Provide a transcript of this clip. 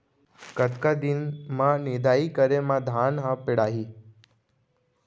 कतका कतका दिन म निदाई करे म धान ह पेड़ाही?